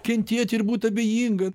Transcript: kentėt ir būti abejinga